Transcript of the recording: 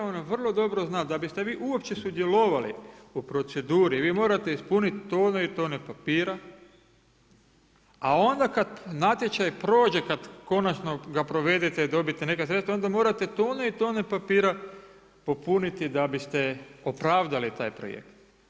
Ona vrlo dobro zna da biste vi uopće sudjelovali u proceduri vi morate ispuniti tone i tone papira, a onda kad natječaj prođe, kad konačno ga provedete, dobite neka sredstva onda morate tone i tone papira popuniti da biste opravdali taj projekt.